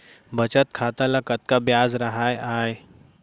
बचत खाता ल कतका ब्याज राहय आय?